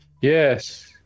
Yes